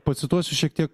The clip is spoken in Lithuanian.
pacituosiu šiek tiek